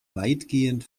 weitgehend